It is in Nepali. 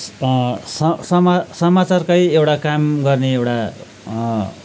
स समा समाचार कै एउटा काम गर्ने एउटा